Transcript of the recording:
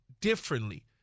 differently